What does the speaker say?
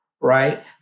Right